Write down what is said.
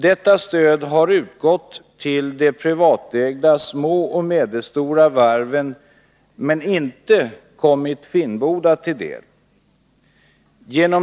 Detta stöd har utgått till de privatägda små och medelstora varven men inte kommit Finnboda till del.